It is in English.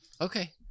Okay